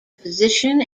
position